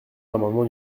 l’amendement